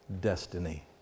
destiny